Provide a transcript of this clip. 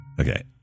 Okay